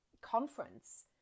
conference